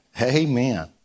Amen